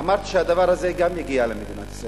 אמרתי שהדבר הזה גם יגיע למדינת ישראל.